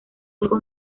algo